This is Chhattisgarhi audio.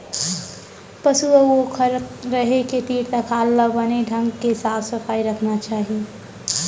पसु अउ ओकर रहें के तीर तखार ल बने ढंग ले साफ सफई रखना चाही